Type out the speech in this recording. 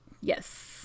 Yes